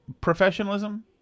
professionalism